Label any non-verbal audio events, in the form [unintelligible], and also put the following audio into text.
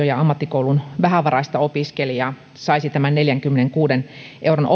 [unintelligible] ja ammattikoulun vähävaraista opiskelijaa saisi tämän neljänkymmenenkuuden euron [unintelligible]